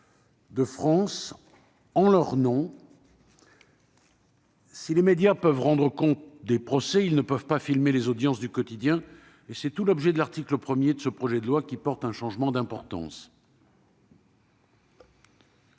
de France en leur nom. Si les médias peuvent rendre compte des procès, ils ne peuvent pas filmer les audiences du quotidien. C'est tout l'objet de l'article 1 de ce projet de loi, qui apporte un changement d'importance.